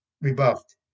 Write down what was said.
rebuffed